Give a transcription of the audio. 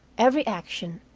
every action,